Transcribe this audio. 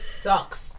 sucks